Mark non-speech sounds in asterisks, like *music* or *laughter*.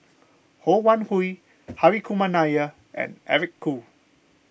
Ho Wan Hui *noise* Hri Kumar Nair and Eric Khoo